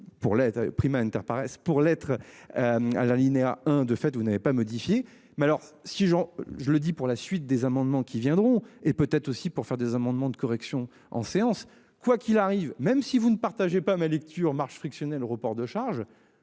pour l'être. À l'alinéa 1 de fait vous n'avez pas modifiée mais alors si Jean, je le dis pour la suite des amendements qui viendront et peut-être aussi pour faire des amendements de correction en séance. Quoi qu'il arrive, même si vous ne partageait pas ma lecture marche frictionnel reports de charges.